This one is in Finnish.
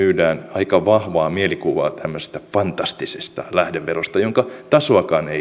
aika vahvaa mielikuvaa tämmöisestä fantastisesta lähdeverosta jonka tasoakaan ei